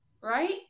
right